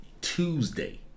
Tuesday